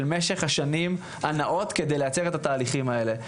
משך השנים כדי לייצר את התהליכים האלה.